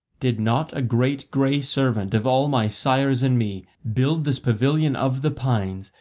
did not a great grey servant of all my sires and me, build this pavilion of the pines,